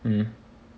mm